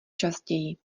častěji